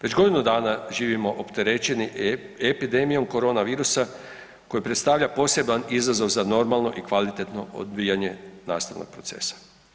Već godinu dana živimo opterećeni epidemijom koronavirusa koji predstavlja poseban izazov za normalno i kvalitetno odvijanje nastavnog procesa.